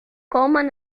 coleman